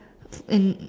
in